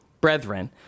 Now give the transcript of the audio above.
brethren